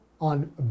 on